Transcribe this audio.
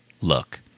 look